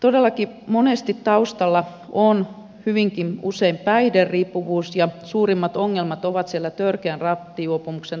todellakin monesti taustalla on hyvinkin usein päihderiippuvuus ja suurimmat ongelmat ovat siellä törkeän rattijuopumuksen tapauksissa